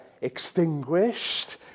extinguished